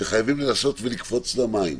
שחייבים לקפוץ למים.